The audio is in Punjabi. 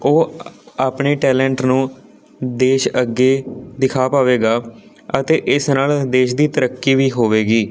ਉਹ ਆਪਣੇ ਟੇਲੈਂਟ ਨੂੰ ਦੇਸ਼ ਅੱਗੇ ਦਿਖਾ ਪਾਵੇਗਾ ਅਤੇ ਇਸ ਨਾਲ ਦੇਸ਼ ਦੀ ਤਰੱਕੀ ਵੀ ਹੋਵੇਗੀ